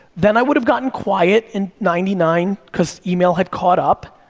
then i would've gotten quiet in ninety nine, cause email had caught up,